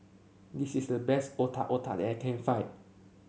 this is the best Otak Otak that I can find